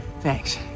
Thanks